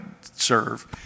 serve